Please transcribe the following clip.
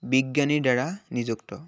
বিজ্ঞানীৰ দ্বাৰা নিযুক্ত